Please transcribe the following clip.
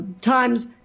times